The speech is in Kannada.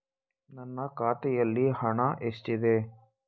ನನ್ನ ಖಾತೆಯಲ್ಲಿ ಹಣ ಎಷ್ಟಿದೆ?